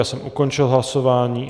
Já jsem ukončil hlasování.